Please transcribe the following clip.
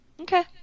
Okay